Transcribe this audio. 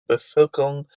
bevölkerung